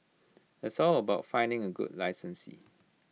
it's all about finding A good licensee